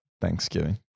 Thanksgiving